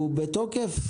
הוא בתוקף?